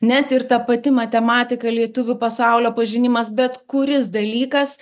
net ir ta pati matematika lietuvių pasaulio pažinimas bet kuris dalykas